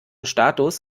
status